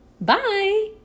bye